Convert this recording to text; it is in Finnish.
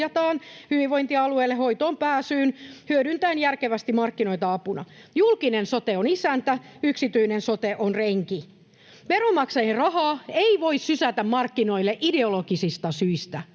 hyvinvointialueille hoitoon pääsyyn hyödyntäen järkevästi markkinoita apuna. Julkinen sote on isäntä, yksityinen sote on renki. Veronmaksajien rahaa ei voi sysätä markkinoille ideologisista syistä.